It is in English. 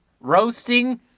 Roasting